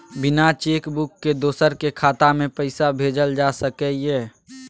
बिना cheque book के दोसर के खाता में पैसा भेजल जा सकै ये?